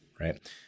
right